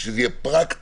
שזה יהיה פרקטי.